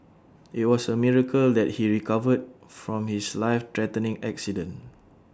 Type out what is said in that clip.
IT was A miracle that he recovered from his life threatening accident